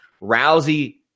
Rousey